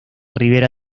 ribera